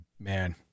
Man